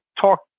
talk